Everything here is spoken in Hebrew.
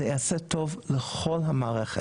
זה יעשה טוב לכל המערכת.